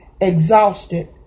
exhausted